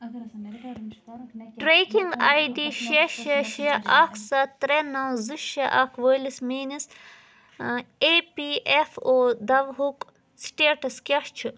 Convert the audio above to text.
trekking I D شےٚ شےٚ شےٚ اکھ سَتھ ترٛےٚ نو زٕ شےٚ اکھ وٲلِس میٲنِس اے پی ایف او داوہُک سٹیٹس کیٛاہ چھُ